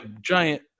giant